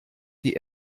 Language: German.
die